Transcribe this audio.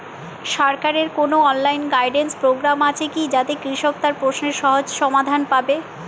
সরকারের কোনো online guidance programme আছে কি যাতে কৃষক তার প্রশ্নের সহজ সমাধান পাবে?